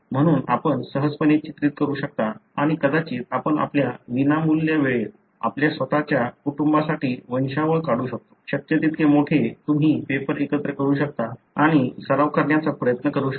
म्हणून आपण सहजपणे चित्रित करू शकता आणि कदाचित आपण आपल्या विनामूल्य वेळेत आपल्या स्वतःच्या कुटुंबासाठी वंशावळ काढू शकतो शक्य तितके मोठे तुम्ही पेपर एकत्र करू शकता आणि सराव करण्याचा प्रयत्न करू शकता